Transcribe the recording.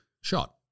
Shot